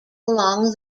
along